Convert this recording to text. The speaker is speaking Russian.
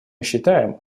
считаем